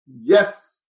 Yes